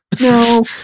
no